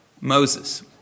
Moses